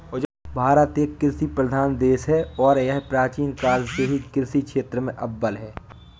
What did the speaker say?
भारत एक कृषि प्रधान देश है और यह प्राचीन काल से ही कृषि क्षेत्र में अव्वल है